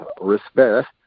respect